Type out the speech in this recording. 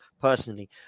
personally